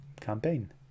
campaign